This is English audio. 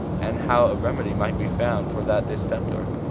and how a remedy might be found for that distemper.